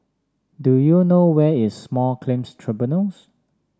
do you know where is Small Claims Tribunals